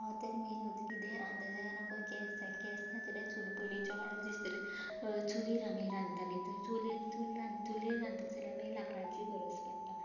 हो तर मेनूच कितेंय रांदतलें जाल्यार आमकां गॅस जाय गॅस नाजाल्यार चूल पयलींच्या काळार जशे तरेन चुलीर आमी रांदताली चू चूल चुलीन रांदताले जाल्यार मागीर लांकडांची गरज पडटा